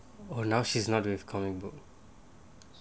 oh now she's not with comic book